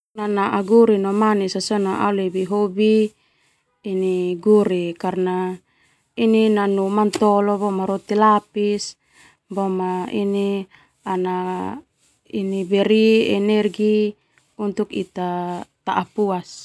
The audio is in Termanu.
Nanaa gurih no manis sona au lebih hobi ini gurih karna roti lapis ana ini beri energi ita tapuas.